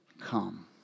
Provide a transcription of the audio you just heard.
come